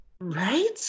Right